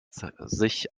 sich